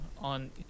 on